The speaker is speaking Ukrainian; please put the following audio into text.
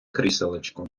кріселечко